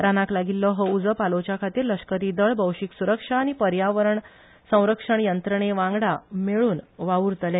रानाक लागील्लो हो उझो पालोवच्या खातीर लश्करी दळ भौशिक सुरक्षा आनी पर्यावरण संरक्षण यंत्रणेवांगडा मेळ्रन वावुरतले